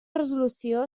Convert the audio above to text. resolució